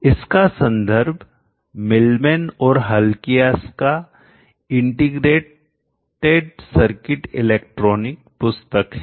इसका संदर्भ मिलमैन और हल्कीअस का इंटीग्रेटेड सर्किट इलेक्ट्रॉनिक पुस्तक है